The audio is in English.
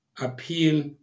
Appeal